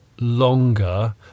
longer